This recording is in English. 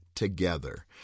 together